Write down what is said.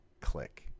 click